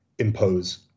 impose